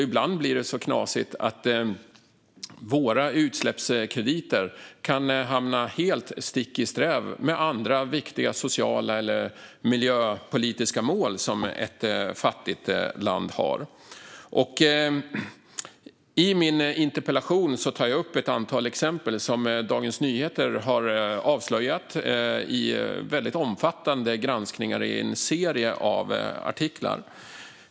Ibland blir det så knasigt att våra utsläppskrediter hamnar stick i stäv med andra viktiga sociala eller miljöpolitiska mål som ett fattigt land har. I min interpellation tar jag upp ett antal exempel som Dagens Nyheter har avslöjat i omfattande granskningar i en serie artiklar.